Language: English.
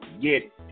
get